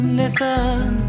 listen